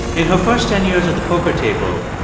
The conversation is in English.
in her first ten years at the poker table,